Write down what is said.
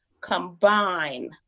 combine